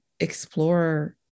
explore